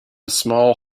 small